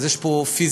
אז יש פה פיזיקה,